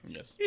Yes